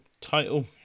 title